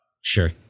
Sure